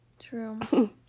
True